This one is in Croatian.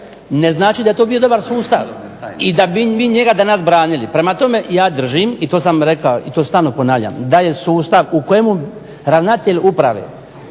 ne znači da je to bio dobar sustav i da bi mi njega danas branili. I ja držim, i to sam danas rekao i stalno ponavljam da je sustav u kojemu ravnatelj uprave